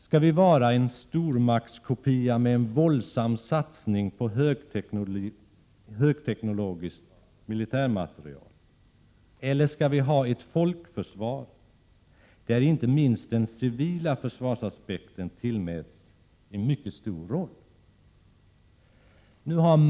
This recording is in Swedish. Skall det vara en stormaktskopia med en våldsam satsning på högteknologisk militärmateriel, eller skall vi ha ett folkförsvar där inte minst den civila försvarsaspekten tillmäts en mycket stor roll?